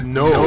no